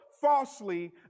falsely